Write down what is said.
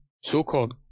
so-called